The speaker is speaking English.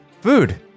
Food